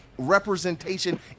representation